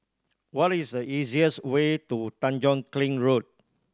what is the easiest way to Tanjong Kling Road